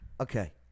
okay